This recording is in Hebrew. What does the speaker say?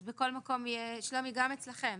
אז בכל מקום יהיה שלומי, גם אצלכם